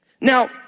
Now